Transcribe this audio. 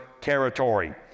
territory